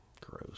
Gross